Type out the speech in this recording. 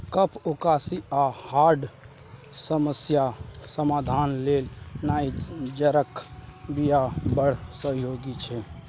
कफ, उकासी आ हार्टक समस्याक समाधान लेल नाइजरक बीया बड़ सहयोगी छै